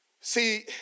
See